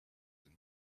and